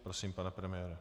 Prosím, pane premiére.